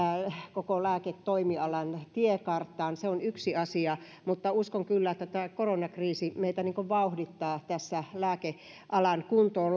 koko lääketoimialan tiekarttaan se on yksi asia mutta uskon kyllä että tämä koronakriisi meitä vauhdittaa tässä lääkealan kuntoon